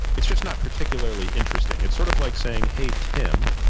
it's just not particularly interesting. it's sort of like saying, hey, tim,